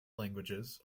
languages